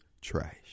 trash